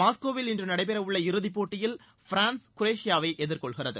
மாஸ்கோவில் இன்று நடைபெற உள்ள இறுதிப்போட்டியில் பிரான்ஸ் குரேஷியாவை எதிர்கொள்கிறது